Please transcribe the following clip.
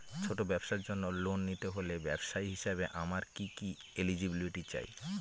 ছোট ব্যবসার জন্য লোন নিতে হলে ব্যবসায়ী হিসেবে আমার কি কি এলিজিবিলিটি চাই?